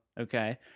Okay